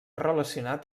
relacionat